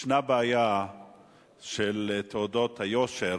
ישנה בעיה של תעודות היושר,